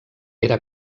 era